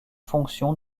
fonction